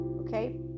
okay